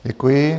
Děkuji.